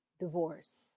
divorce